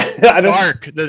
Dark